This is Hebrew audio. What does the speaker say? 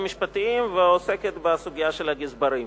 משפטיים ועוסקת בסוגיה של הגזברים.